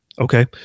okay